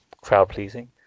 crowd-pleasing